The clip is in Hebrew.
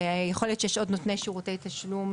ויכול להיות שיש עוד נותני שירותי תשלום